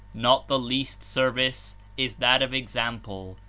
not the least service is that of example,